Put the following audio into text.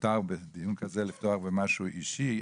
ומותר בדיון כזה לפתוח במשהו אישי.